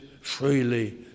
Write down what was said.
freely